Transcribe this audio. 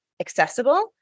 accessible